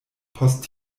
post